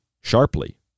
sharply